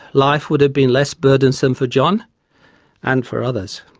life would have been less burdensome for john and for others.